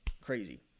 crazy